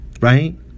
right